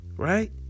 Right